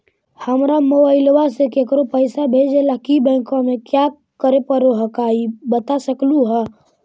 हमरा मोबाइलवा से केकरो पैसा भेजे ला की बैंकवा में क्या करे परो हकाई बता सकलुहा?